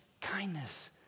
kindness